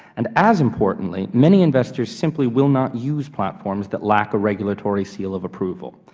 and as importantly, many investors simply will not use platforms that lack a regulatory seal of approval.